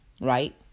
right